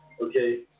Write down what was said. Okay